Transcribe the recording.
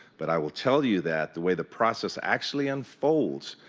but i will tell you that the way the process actually unfolds,